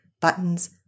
buttons